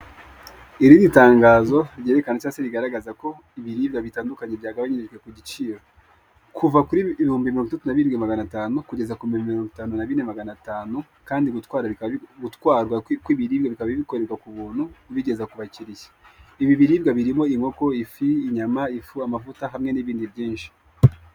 Ushobora kudawunilodinga onulayini shopingi apu ini Kigali maze bikajya bikorohera kubona ibicuruzwa kandi bigatuma udatakaza umwanya ndetse bigatuma usevinga n'amafaranga.